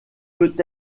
peut